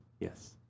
Yes